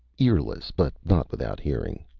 earless, but not without hearing.